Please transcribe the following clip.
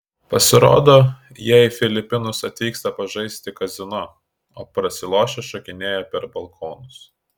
pasirodo jie į filipinus atvyksta pažaisti kazino o prasilošę šokinėja per balkonus